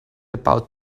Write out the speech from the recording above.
about